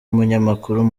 umunyamakuru